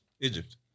Egypt